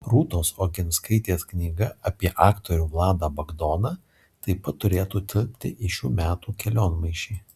rūtos oginskaitės knyga apie aktorių vladą bagdoną taip pat turėtų tilpti į šių metų kelionmaišį